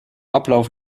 ablauf